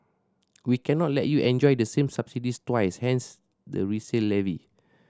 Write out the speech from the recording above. we cannot let you enjoy the same subsidies twice hence the resale levy